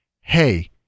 hey